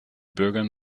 bürgern